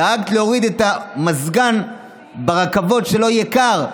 דאגת להוריד את המזגן ברכבות, שלא יהיה קר,